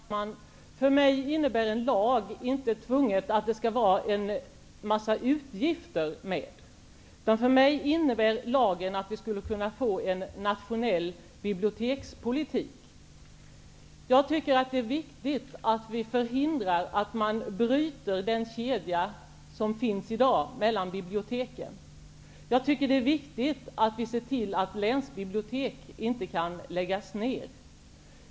Fru talman! För mig innebär en lag inte nödvändigtvis en mängd utgifter. För mig innebär en lag att vi skulle kunna få en nationell bibliotekspolitik. Jag tycker att det är viktigt att vi förhindrar att man bryter den kedja som finns i dag mellan biblioteken. Jag tycker att det är viktigt att vi ser till att länsbibliotek inte kan läggas ned.